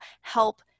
help